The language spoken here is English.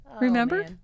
Remember